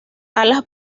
alas